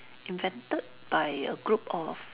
invented by a group of